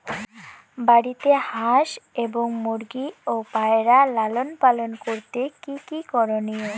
বাড়িতে হাঁস এবং মুরগি ও পায়রা লালন পালন করতে কী কী করণীয়?